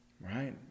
right